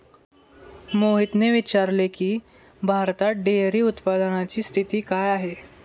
मोहितने विचारले की, भारतात डेअरी उत्पादनाची स्थिती काय आहे?